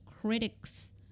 critics